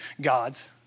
God's